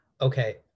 okay